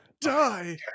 Die